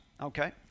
okay